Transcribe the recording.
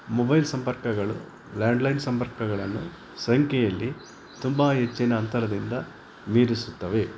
mobile ಸಂಪರ್ಕಗಳು landline ಸಂಪರ್ಕಗಳನ್ನು ಸಂಖ್ಯೆಯಲ್ಲಿ ತುಂಬ ಹೆಚ್ಚಿನ ಅಂತರದಿಂದ ಮೀರಿಸುತ್ತವೆ